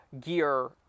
gear